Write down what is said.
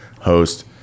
host